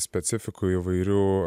specifikų įvairių